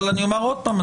אני אומר עוד פעם,